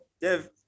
Dev